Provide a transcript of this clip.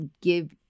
give